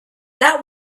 that